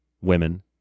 women